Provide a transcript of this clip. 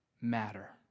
matter